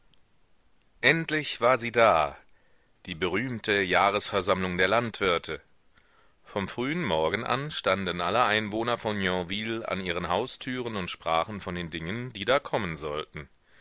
endlich war sie da die berühmte jahresversammlung der landwirte vom frühen morgen an standen alle einwohner von yonville an ihren haustüren und sprachen von den dingen die da kommen sollten